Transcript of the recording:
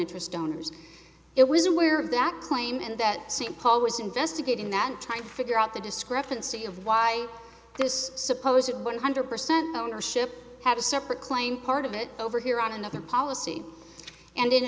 interest donors it was aware of that claim and that same poll was investigating that and trying to figure out the discrepancy of why this supposedly one hundred percent ownership had a separate claim part of it over here on another policy and in